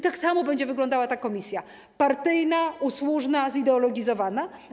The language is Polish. Tak samo będzie wyglądała ta komisja: partyjna, usłużna, zideologizowana.